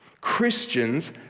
Christians